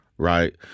Right